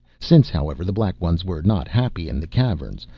since, however, the black ones were not happy in the caverns,